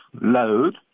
load